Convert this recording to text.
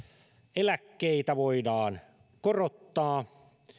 eläkkeitä voidaan korottaa